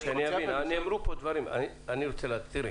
אני רוצה להבין.